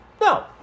No